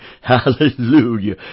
Hallelujah